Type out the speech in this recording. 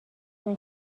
اون